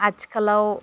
आथिखालाव